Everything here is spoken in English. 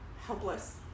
helpless